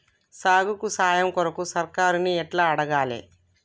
సాగుకు సాయం కొరకు సర్కారుని ఎట్ల అడగాలే?